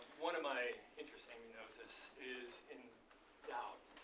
one of my interests, amy knows, is is in doubt